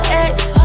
ex